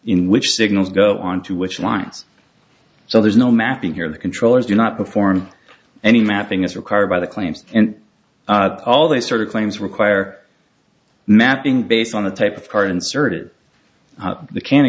in which signals go on to which lines so there's no mapping here the controllers do not perform any mapping as required by the claims and all these sort of claims require mapping based on the type of card inserted the can